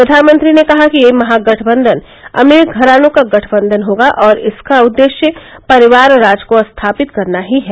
प्रधानमंत्री ने कहा कि यह महागठबंधन अमीर घरानों का गठबंधन होगा और इसका उद्देश्य परिवार राज को स्थापित करना ही है